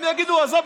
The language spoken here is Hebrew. הם יגידו: עזוב,